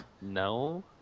No